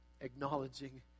acknowledging